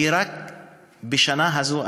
היה זה ב-2016,